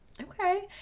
Okay